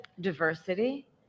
diversity